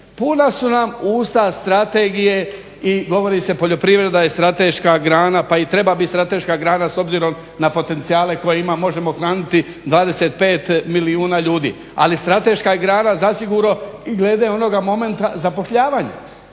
Puna su nam usta strategije i govori se poljoprivreda je strateška grana. Pa i treba bit strateška grana s obzirom na potencijale koje ima, možemo hraniti 25 milijuna ljudi. Ali strateška je grana zasigurno i glede onoga momenta zapošljavanja.